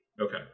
Okay